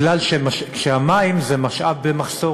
כי המים זה משאב במחסור.